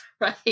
right